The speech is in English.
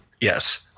Yes